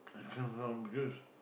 this one longer